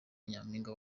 nyampinga